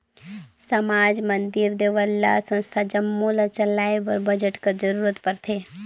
समाज, मंदिर, देवल्ला, संस्था जम्मो ल चलाए बर बजट कर जरूरत परथे